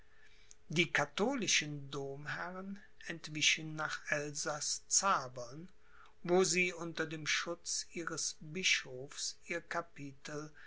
die katholischen domherren entwichen nach elsaß zabern wo sie unter dem schutz ihres bischofs ihr capitel